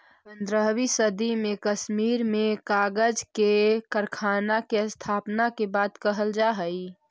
पँद्रहवीं सदी में कश्मीर में कागज के कारखाना के स्थापना के बात कहल जा हई